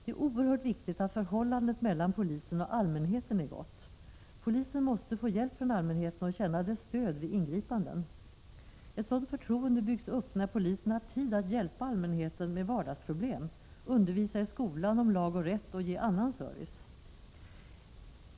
Det är oerhört viktigt att förhållandet mellan polisen och allmänheten är gott. Polisen måste få hjälp från allmänheten och känna dess stöd vid ingripanden. Ett sådant förtroende byggs upp när polisen har tid att hjälpa allmänheten med vardagsproblem, undervisa i skolan om lag och rätt och ge annan service.